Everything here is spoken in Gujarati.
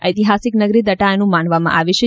ઐતિહાસિક નગરી દટાથાનું માનવામાં આવેછે